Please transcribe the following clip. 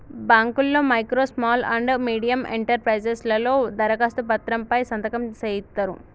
బాంకుల్లో micro small and medium enterprises లలో దరఖాస్తు పత్రం పై సంతకం సేయిత్తరు